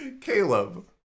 caleb